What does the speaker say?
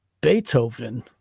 Beethoven